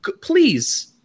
Please